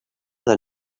than